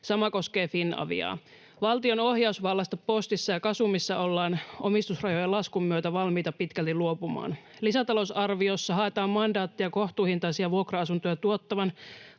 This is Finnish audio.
Sama koskee Finaviaa. Valtion ohjausvallasta Postissa ja Gasumissa ollaan omistusrajojen laskun myötä valmiita pitkälti luopumaan. Lisätalousarviossa haetaan mandaattia kohtuuhintaisia vuokra-asuntoja tuottavan,